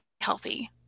healthy